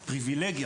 בפריווילגיה,